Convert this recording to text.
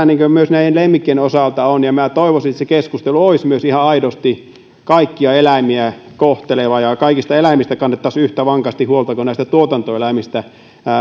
myös lemmikkien osalta on keskusteltavaa ja minä toivoisin että se keskustelu olisi myös ihan aidosti kaikkia eläimiä koskevaa ja kaikista eläimistä kannettaisiin yhtä vankasti huolta kuin näistä tuotantoeläimistä